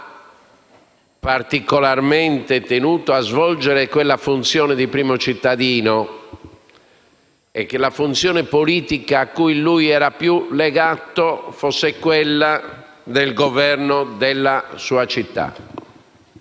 più di ogni altra cosa, quella funzione di primo cittadino, e che la funzione politica cui lui era più legato fosse quella del governo della sua città,